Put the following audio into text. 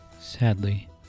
sadly